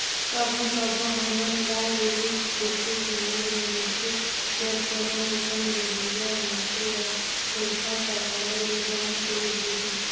कभों कभों हमन ल एहु देखे सुने ले मिलथे जब कोनो लोन लेहोइया मइनसे हर पइसा पटाए ले बंद कइर देहिस